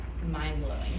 mind-blowing